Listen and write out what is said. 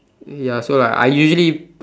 ya so like I usually